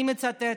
אני מצטטת: